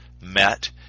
met